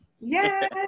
Yay